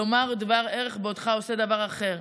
לומר דבר ערך בעודך עושה דבר אחר.